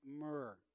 myrrh